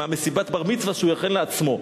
ממסיבת הבר-מצווה שהוא הכין לעצמו.